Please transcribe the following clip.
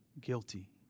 guilty